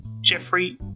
Jeffrey